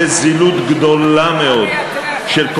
זה ממש מייתר, ועושה זילות גדולה מאוד, של כל,